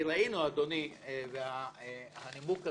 כי ראינו אדוני, והנימוק הזה,